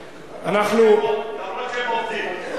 אף-על-פי שהם עובדים.